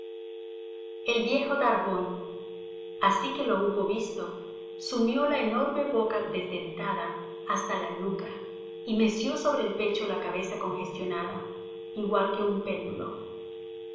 el viejo barbón así que lo hubo visto sumió la enorme boca desdentada hasta la nuca y meció sobre el pecho la cabeza congestionada igual que un péndulo